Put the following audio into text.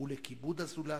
ולכיבוד הזולת.